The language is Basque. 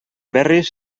berriz